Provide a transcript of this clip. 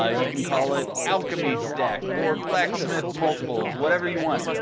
ah you can call it alchemy stack or blacksmith multiples. whatever you want.